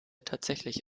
tatsächlich